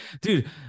dude